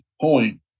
point